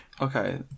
Okay